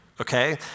okay